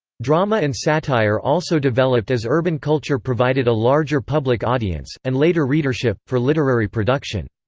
drama and satire also developed as urban culture provided a larger public audience, and later readership, for literary production.